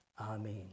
amen